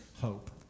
hope